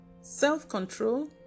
self-control